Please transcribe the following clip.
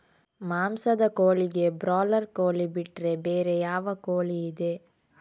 ಮಾಂಸದ ಕೋಳಿಗೆ ಬ್ರಾಲರ್ ಕೋಳಿ ಬಿಟ್ರೆ ಬೇರೆ ಯಾವ ಕೋಳಿಯಿದೆ?